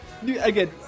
again